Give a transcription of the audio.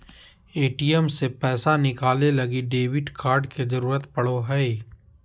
ATM से पैसा निकाले लगी डेबिट कार्ड के जरूरत पड़ो हय